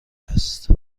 است